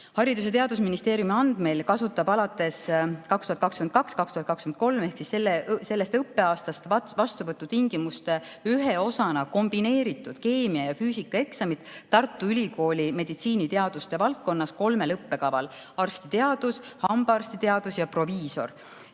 Haridus‑ ja Teadusministeeriumi andmeil kasutab alates 2022/2023. õppeaastast ehk sellest õppeaastast vastuvõtutingimuste ühe osana kombineeritud keemia‑ ja füüsikaeksamit Tartu Ülikool meditsiiniteaduste valdkonnas kolmel õppekaval: arstiteadus, hambaarstiteadus ja proviisori[õpe].